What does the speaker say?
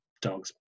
Dogs